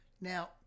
Now